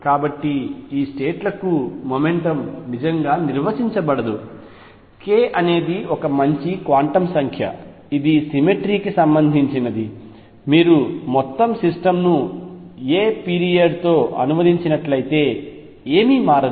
కాబట్టి ఈ స్టేట్ లకు మొమెంటమ్ నిజంగా నిర్వచించబడదు k అనేది మంచి క్వాంటం సంఖ్య ఇది సిమెట్రీ కి సంబంధించినది మీరు మొత్తం సిస్టమ్ను a పీరియడ్ తో అనువదించినట్లయితే ఏమీ మారదు